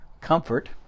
comfort